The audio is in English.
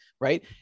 right